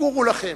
גורו לכם.